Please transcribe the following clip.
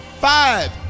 five